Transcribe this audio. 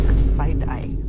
side-eye